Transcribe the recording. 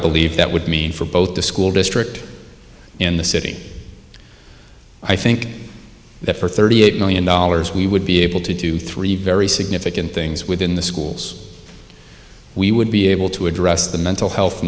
believe that would mean for both the school district in the city i think that for thirty eight million dollars we would be able to do three very significant things within the schools we would be able to address the mental health